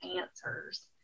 answers